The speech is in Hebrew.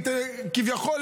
כביכול,